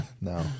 No